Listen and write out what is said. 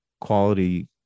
quality